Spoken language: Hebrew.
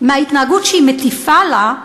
מההתנהגות שהיא מטיפה לה,